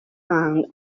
and